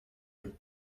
you